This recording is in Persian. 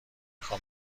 خوام